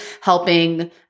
helping